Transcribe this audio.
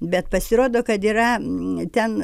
bet pasirodo kad yra ten